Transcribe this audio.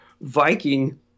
Viking